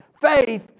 Faith